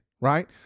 right